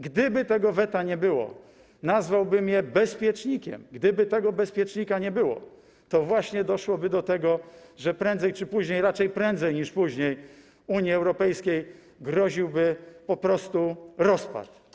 Gdyby tego weta nie było - nazwałbym je bezpiecznikiem - gdyby tego bezpiecznika nie było, to właśnie doszłoby do tego, że prędzej czy później, raczej prędzej niż później, Unii Europejskiej groziłby po prostu rozpad.